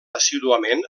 assíduament